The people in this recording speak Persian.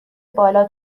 بالا